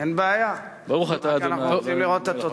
אין בעיה, רק אנחנו רוצים לראות את התוצאה.